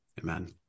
Amen